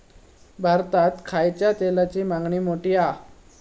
भारतात खायच्या तेलाची मागणी मोठी हा